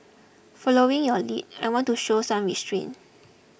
following your lead I want to show some restraint